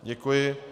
Děkuji.